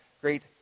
great